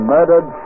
Murdered